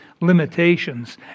limitations